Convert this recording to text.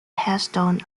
headstone